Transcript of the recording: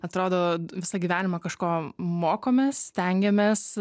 atrodo visą gyvenimą kažko mokomės stengiamės